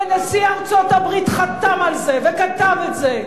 ונשיא ארצות-הברית חתם על זה וכתב את זה.